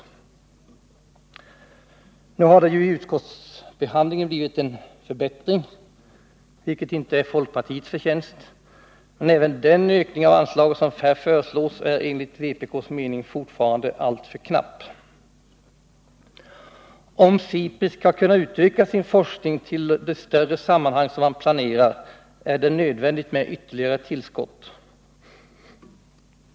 Nu har det efter utskottsbehandlingen blivit en förbättring, vilket inte är folkpartiets förtjänst. Men även den ökning av anslaget som där föreslås är enligt vpk:s mening fortfarande alltför knapp. Om SIPRI skall kunna utöka sin forskning till det större sammanhang man Nr 120 planerar är det nödvändigt med ytterligare tillskott.